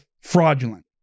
fraudulent